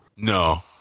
No